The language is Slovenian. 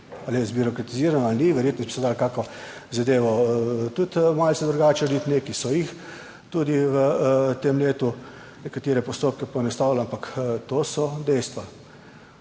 Ali je zbirokratizirano ali ni, verjetno bi se dalo kakšno zadevo tudi malce drugače narediti, nekaj so jih tudi v tem letu nekatere postopke poenostavili, ampak to so dejstva.